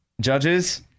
Judges